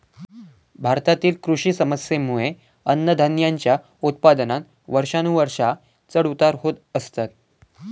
भारतातील कृषी समस्येंमुळे अन्नधान्याच्या उत्पादनात वर्षानुवर्षा चढ उतार होत असतत